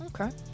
Okay